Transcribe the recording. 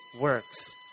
works